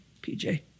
PJ